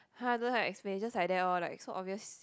!huh! don't have explanation just like that lor like so obvious